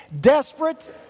Desperate